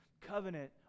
covenant